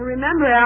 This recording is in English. Remember